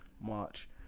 March